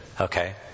Okay